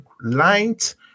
light